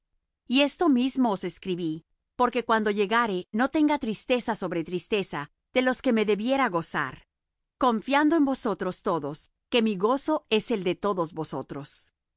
y esto mismo os escribí porque cuando llegare no tenga tristeza sobre tristeza de los que me debiera gozar confiando en vosotros todos que mi gozo es el de todos vosotros